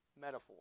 metaphor